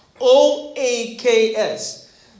O-A-K-S